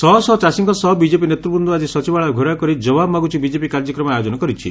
ଶହଶହ ଚାଷୀଙ୍କ ସହ ବିଜେପି ନେତ୍ତବୃନ୍ ଆଜି ସଚିବାଳୟ ଘେରାଉ କରି 'ଜବାବ ମାଗୁଛି ବିଜେପି' କାର୍ଯ୍ୟକ୍ରମ ଆୟୋଜନ କରିଛି